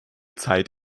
zeit